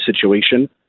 situation